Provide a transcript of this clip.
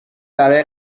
برای